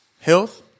health